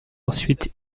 ensuite